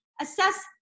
assess